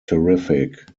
terrific